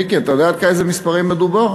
מיקי, אתה יודע על איזה מספרים מדובר?